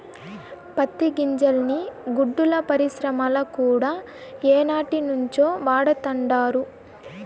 పత్తి గింజల్ని గుడ్డల పరిశ్రమల కూడా ఏనాటినుంచో వాడతండారు